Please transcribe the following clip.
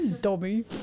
Dummy